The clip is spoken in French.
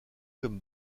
comme